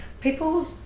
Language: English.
People